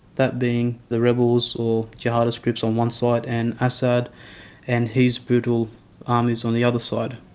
that being the rebels or jihadist groups on one side and assad and his brutal armies on the other side.